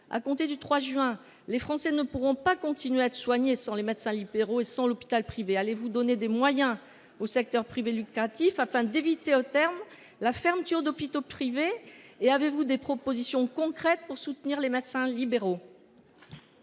à compter du 3 juin prochain. Les Français ne pourront pas continuer à être soignés sans les médecins libéraux et sans l’hôpital privé ! Allez vous donner des moyens au secteur privé lucratif, afin d’éviter à terme la fermeture d’hôpitaux privés ? Avez vous des propositions concrètes à faire pour soutenir les médecins libéraux ?